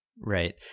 right